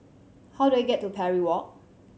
how do I get to Parry Walk